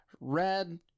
red